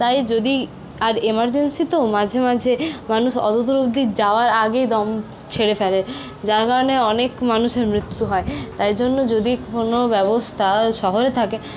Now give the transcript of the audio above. তাই যদি আর এমার্জেন্সি তো মাঝেমাঝে মানুষ অত দূর অবধি যাওয়ার আগেই দম ছেড়ে ফেলে যার কারণে অনেক মানুষের মৃত্যু হয় তাই জন্য যদি কোন ব্যবস্থা শহরে থাকে